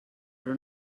però